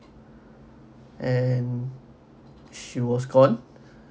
and she was gone